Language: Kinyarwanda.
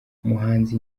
umuhanzi